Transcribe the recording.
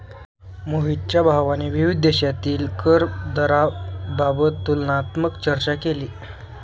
मोहितच्या भावाने विविध देशांतील कर दराबाबत तुलनात्मक चर्चा केली